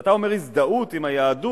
כשאתה אומר: הזדהות עם היהדות,